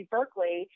Berkeley